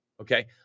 okay